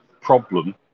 problem